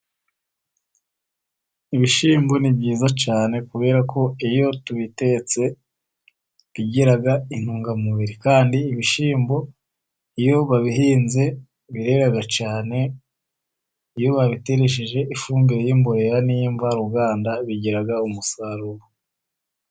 Ibishyimbo ni byiza cyane, kubera ko iyo tubitetse bigira intungamubiri. Kandi ibishyimbo iyo babihinze birera cyane, iyo babiteresheje ifumbire y'imborera ni'mvaruganda bigira umusaruro.